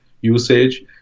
usage